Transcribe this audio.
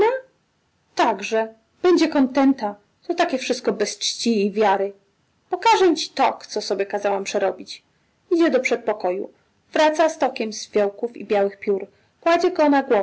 także będzie kontenta to takie wszystko bez czci i wiary pokażę ci tok co sobie kazałam przerobić idzie do przedpokoju wraca z tokiem z fijołków i białych piór